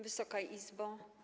Wysoka Izbo!